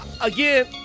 again